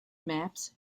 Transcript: maps